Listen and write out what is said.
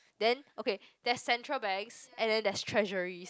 then okay there's Central Bank and then there is treasuries